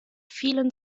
vielen